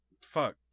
Fuck